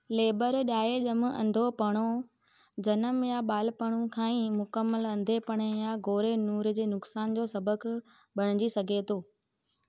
labour लाइ ज॒म अंधोपणो जनमु या बा॒लपणु खां ई मुकमलु अंधेपणे या गौ॒रे नूरु जे नुकसानु जो सबबु बणिजी सघे थो